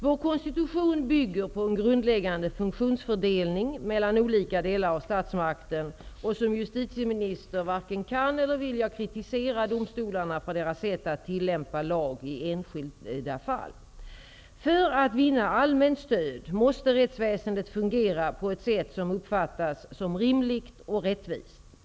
Vår konstitution bygger på en grundläggande funktionsfördelning mellan olika delar av statsmakten, och som justitieminister varken kan eller vill jag kritisera domstolarna för deras sätt att tillämpa lag i enskilda fall. För att vinna allmänt stöd måste rättsväsendet fungera på ett sätt som uppfattas som rimligt och rättvist.